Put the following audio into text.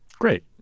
Great